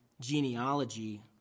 genealogy